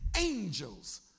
angels